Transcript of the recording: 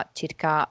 circa